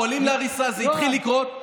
פועלים להריסה זה התחיל לקרות,